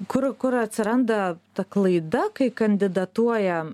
kur kur atsiranda ta klaida kai kandidatuoja